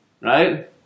Right